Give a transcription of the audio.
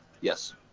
Yes